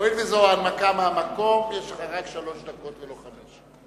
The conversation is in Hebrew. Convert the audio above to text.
הואיל וזו הנמקה מהמקום יש לך רק שלוש דקות ולא חמש.